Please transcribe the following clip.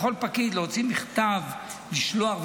פקיד יכול להוציא מכתב ולשלוח,